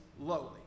lowly